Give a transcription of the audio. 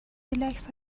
ریلکس